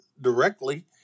directly –